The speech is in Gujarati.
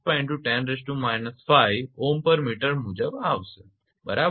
065 × 10 5 ohmm મુજબ આવશેબરાબર